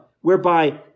whereby